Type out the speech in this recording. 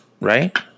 Right